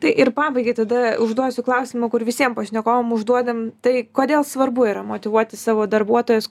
tai ir pabaigai tada užduosiu klausimą kur visiem pašnekovam užduodam tai kodėl svarbu yra motyvuoti savo darbuotojus